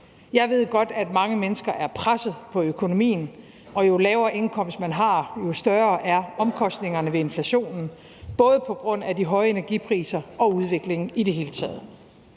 Jeg ved godt, at mange mennesker er presset på økonomien, og jo lavere indkomst man har, jo større er omkostningerne ved inflationen, både på grund af de høje energipriser og udviklingen i det hele taget.